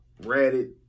ratted